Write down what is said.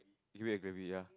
and Glarry ya